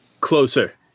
closer